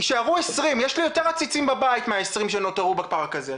יישארו 20. יש לי יותר עציצים בבית מה-20 שנותרו בפארק הזה.